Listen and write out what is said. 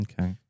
Okay